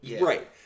Right